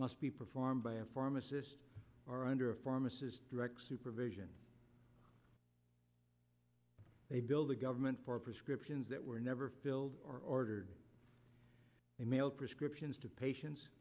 must be performed by a pharmacist or under a pharmacist direct supervision they build a government for prescriptions that were never filled ordered the mail prescriptions to patien